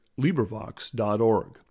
LibriVox.org